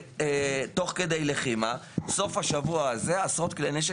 תוך כדי לחימה ונתפסו עשרות כלי נשק,